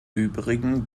übrigen